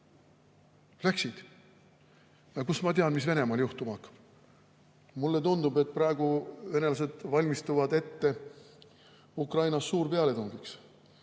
Läksid. Kust mina tean, mis Venemaal juhtuma hakkab? Mulle tundub, et praegu venelased valmistuvad Ukrainas ette suurpealetungiks.